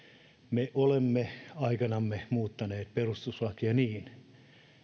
me olemme aikanamme muuttaneet perustuslakia niin